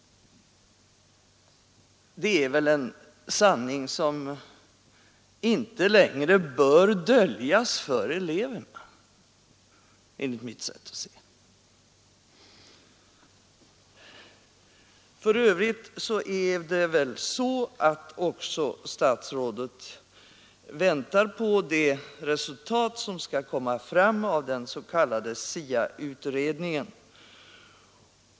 Det är enligt mitt sätt att se en sanning som inte längre bör döljas för eleverna. För övrigt väntar statsrådet på resultaten från den s.k. SIA-utredningen.